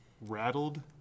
rattled